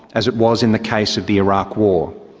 as it was in the case of the iraq war.